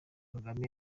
kagame